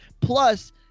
Plus